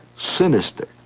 sinister